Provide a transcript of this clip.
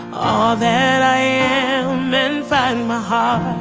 that i um and find my heart